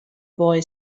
boy